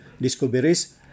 discoveries